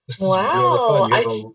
Wow